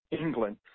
England